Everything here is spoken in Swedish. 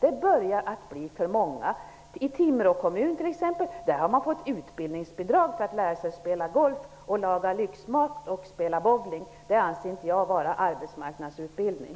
I Timrå kommun, t.ex., har man fått utbildningsbidrag för att lära sig spela golf, laga lyxmat och spela bowling. Det anser inte jag vara arbetsmarknadsutbildning.